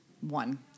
one